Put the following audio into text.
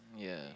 ya